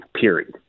Period